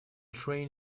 train